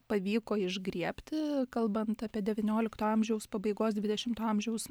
pavyko išgriebti kalbant apie devyniolikto amžiaus pabaigos dvidešimto amžiaus